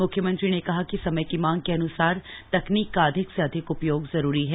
मुख्यमंत्री ने कहा कि समय की मांग के अन्सार तकनीक का अधिक से अधिक उपयोग जरूरी है